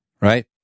right